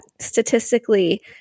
statistically